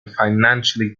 financially